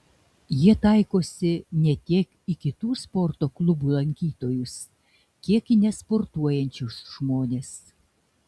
jie taikosi ne tiek į kitų sporto klubų lankytojus kiek į nesportuojančius žmones